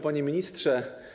Panie Ministrze!